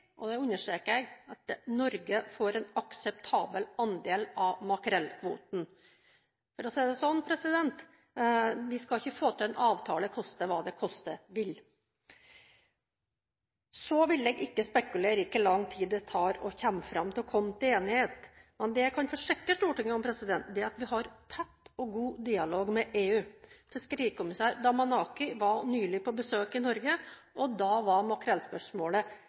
og det understreker jeg – at Norge får en akseptabel andel av makrellkvoten. For å si det sånn: Vi skal ikke få til en avtale koste hva den koste vil. Så vil jeg ikke spekulere i hvor lang tid det tar å komme fram til enighet. Det jeg kan forsikre Stortinget om, er at vi har tett og god dialog med EU. Fiskerikommissær Damanaki var nylig på besøk i Norge, og da var